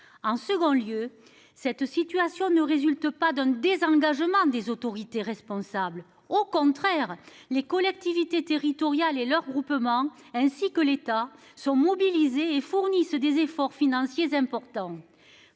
En second lieu, cette situation ne résulte pas d'un désengagement des autorités responsables au contraire les collectivités territoriales et leurs groupements ainsi que l'État sont mobilisés et fournissent des efforts financiers importants.